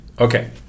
Okay